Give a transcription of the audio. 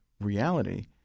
reality